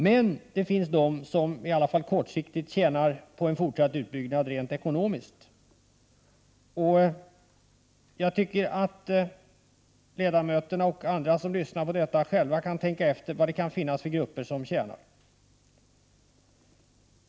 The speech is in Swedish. Men det finns de som i alla fall kortsiktigt rent ekonomiskt tjänar på en fortsatt utbyggnad. Jag tycker att de ledamöter och andra som lyssnar själva kan tänka efter vad det kan vara för grupper som tjänar.